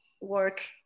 work